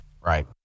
right